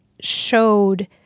showed